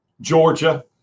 Georgia